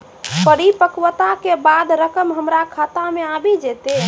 परिपक्वता के बाद रकम हमरा खाता मे आबी जेतै?